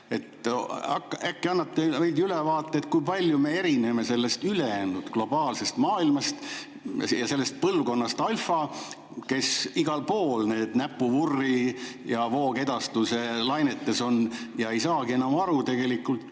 äkki annate veidi ülevaate, kui palju me erineme sellest ülejäänud globaalsest maailmast ja sellest põlvkonnast Alfa, kes igal pool nendes näpuvurri ja voogedastuse lainetes on ega saagi enam aru, mis tegelikult